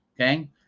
okay